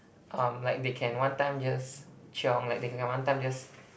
um like they can one time just chiong like they can one time just